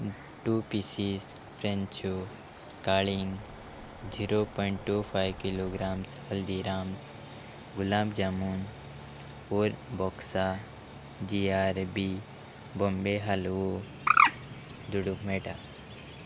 two pieces फ्रेंच्यो काळींग zero point two five kilograms Haldiram's gulab jamun or बॉक्सा जी आर बी बॉम्बे हालवो धाडूंक मेळटा